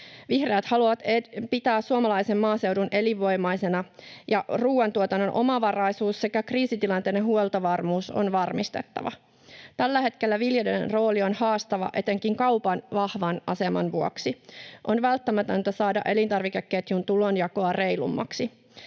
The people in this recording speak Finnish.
Vihreät haluavat pitää suomalaisen maaseudun elinvoimaisena, ja ruoantuotannon omavaraisuus sekä kriisitilanteiden huoltovarmuus on varmistettava. Tällä hetkellä viljelijöiden rooli on haastava etenkin kaupan vahvan aseman vuoksi. On välttämätöntä saada elintarvikeketjun tulonjakoa reilummaksi.